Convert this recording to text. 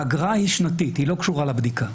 האגרה היא שנתית, היא לא קשורה לבדיקה.